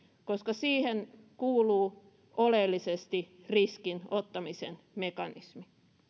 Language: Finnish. koska siihen kuuluu oleellisesti riskin ottamisen mekanismi